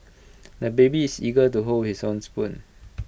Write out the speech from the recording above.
the baby is eager to hold his own spoon